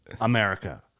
America